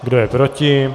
Kdo je proti?